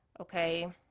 okay